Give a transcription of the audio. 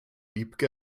wiebke